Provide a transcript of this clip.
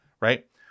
right